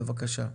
בבקשה.